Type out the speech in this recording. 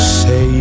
say